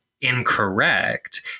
incorrect